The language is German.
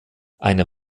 eine